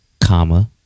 comma